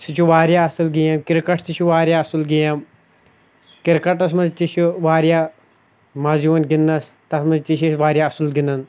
سُہ چھُ واریاہ اَصٕل گیم کِرکَٹ تہِ چھُ واریاہ اَصٕل گیم کِرکَٹَس منٛز تہِ چھِ واریاہ مَزٕ یِوان گِنٛدنَس تَتھ منٛز تہِ چھِ أسۍ واریاہ اَصٕل گِنٛدان